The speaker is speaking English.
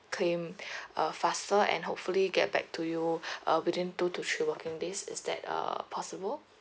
claim uh faster and hopefully get back to you uh within two to three working days is that uh possible